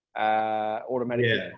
automatically